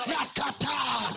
Nakata